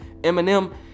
Eminem